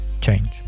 change